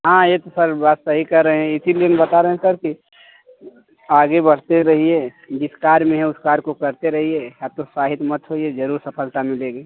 हाँ यह तो सर बात सही कह रहे हैं इसीलिए हम बता रहे हैं सर कि आगे बढ़ते रहिए जिस कार्य में हैं उस कार्य को करते रहिए हतोत्साहित मत होइए ज़रूर सफलता मिलेगी